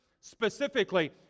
specifically